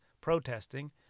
protesting